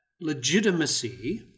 legitimacy